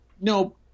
No